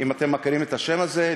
אם אתם מכירים את השם הזה,